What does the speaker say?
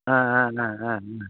না আ না আ না